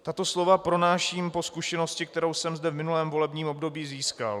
Tato slova pronáším po zkušenosti, kterou jsem zde v minulém volebním období získal.